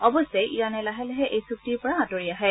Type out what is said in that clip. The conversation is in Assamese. অৱশ্যে ইৰানে লাহে লাহে এই চুক্তিৰ পৰা আঁতৰি আহে